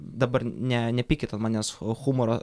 dabar ne nepykit ant manęs humoro